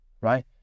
right